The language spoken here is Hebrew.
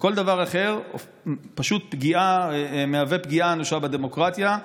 וכל דבר אחר פשוט מהווה פגיעה אנושה בדמוקרטיה.